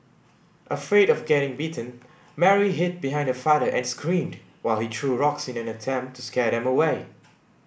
afraid of getting bitten Mary hid behind her father and screamed while he threw rocks in an attempt to scare them away